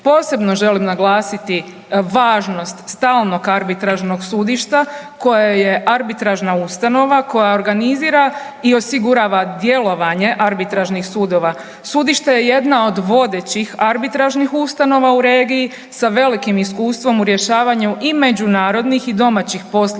Posebno želim naglasiti važnost stalnog arbitražnog sudišta koje je arbitražna ustanova koja organizira i osigurava djelovanje arbitražnih sudova. Sudište je jedno od vodećih arbitražnih ustanova u regiji sa velikim iskustvom u rješavanju i međunarodnih i domaćih poslovnih